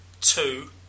two